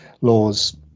laws